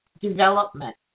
development